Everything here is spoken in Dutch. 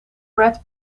brad